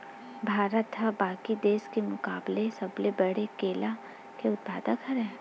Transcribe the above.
भारत हा बाकि देस के मुकाबला सबले बड़े केला के उत्पादक हरे